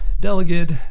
delegate